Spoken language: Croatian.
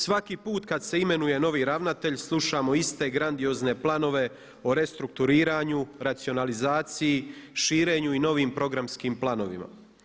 Svaki put kada se imenuje novi ravnatelj slušamo iste grandiozne planove o restrukturiranju, racionalizaciji, širenju i novim programskim planovima.